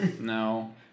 No